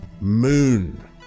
moon